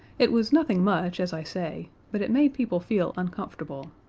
it was nothing much, as i say, but it made people feel uncomfortable.